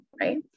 right